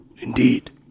Indeed